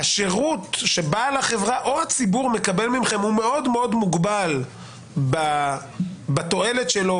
השרות שבעל החברה או הציבור מקבל מכם הוא מוגבל מאוד בתועלת שלו,